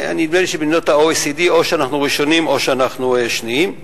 נדמה לי שבמדינות ה-OECD או שאנחנו ראשונים או שאנחנו שניים.